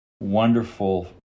wonderful